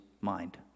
mind